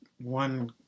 one